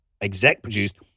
exec-produced